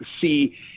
see